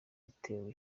yatewe